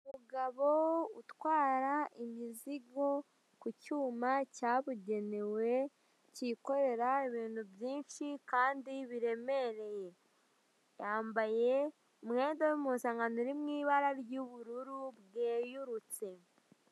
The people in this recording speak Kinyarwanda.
Umugabo utwara imizigo ku cyuma cyabugenewe cyikorera ibintu byinshi kandi biremereye. Yambaye umwenda w'impuzankano uri mu ibara ry'ubururu bwerururutse.